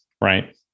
Right